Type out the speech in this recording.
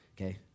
Okay